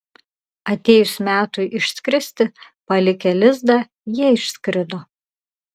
atėjus metui išskristi palikę lizdą jie išskrido